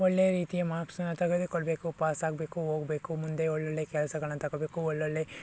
ಒಳ್ಳೆಯ ರೀತಿಯ ಮಾರ್ಕ್ಸನ್ನ ತೆಗೆದುಕೊಳ್ಬೇಕು ಪಾಸಾಗಬೇಕು ಹೋಗ್ಬೇಕು ಮುಂದೆ ಒಳ್ಳೊಳ್ಳೆಯ ಕೆಲಸಗಳನ್ನ ತಕಬೇಕು ಒಳ್ಳೊಳ್ಳೆಯ